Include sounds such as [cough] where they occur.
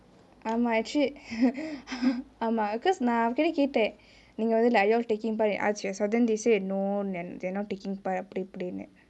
ஆமா:aama actually [laughs] ஆமா:aama because நா அவங்க கிட்டே கேட்டே நீங்க வந்து:naa avangae kitae kettaen nengae vanthu like are you all taking part in arts festival then they said no they are not taking part அப்டி இப்டினு:apdi ipdinu